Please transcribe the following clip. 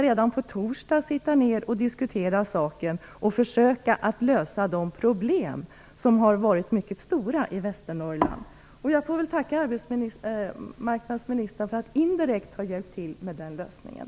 Redan på torsdag skall de diskutera saken och försöka att lösa de problem som varit mycket stora i Västernorrland. Jag får tacka arbetsmarknadsministern för att indirekt ha hjälpt till med den lösningen.